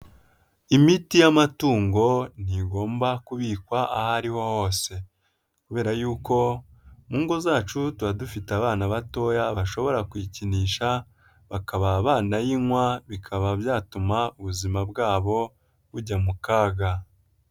Imiti y'amatungo ntigomba kubikwa aho ari ho hose kubera yuko mu ngo zacu tuba dufite abana batoya bashobora kuyikinisha bakaba banayinywa bikaba byatuma ubuzima bwabo bujya mu kaga.